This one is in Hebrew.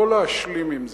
לא להשלים עם זה.